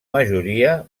majoria